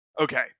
okay